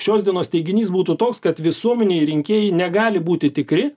šios dienos teiginys būtų toks kad visuomenej rinkėjai negali būti tikri